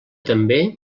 també